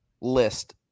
list